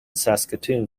saskatoon